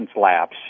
lapse